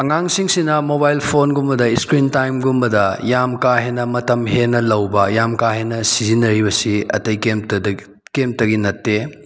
ꯑꯉꯥꯡꯁꯤꯡꯁꯤꯅ ꯃꯣꯕꯥꯏꯜ ꯐꯣꯟꯒꯨꯝꯕꯗ ꯏꯁꯀ꯭ꯔꯤꯟ ꯇꯥꯏꯝꯒꯨꯝꯕꯗ ꯌꯥꯝ ꯀꯥꯍꯦꯟꯅ ꯃꯇꯝ ꯍꯦꯟꯅ ꯂꯧꯕ ꯌꯥꯝ ꯀꯥ ꯍꯦꯟꯅ ꯁꯤꯖꯤꯟꯅꯔꯤꯕꯁꯤ ꯑꯇꯩ ꯀꯩꯝꯇꯗꯒꯤ ꯀꯩꯝꯇꯒꯤ ꯅꯠꯇꯦ